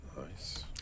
Nice